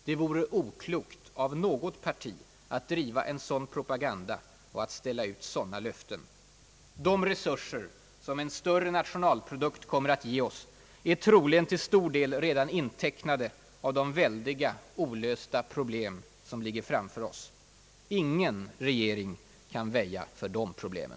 Det vore oklokt av något parti att driva en sådan propaganda och att ställa ut sådana löften. De resurser som en större nationalprodukt kommer att ge är troligen till stor del redan intecknade av de väldiga, olösta problem som ligger framför oss. Ingen regering kan väja för de problemen.